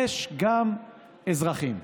יש גם אזרחים.